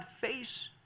face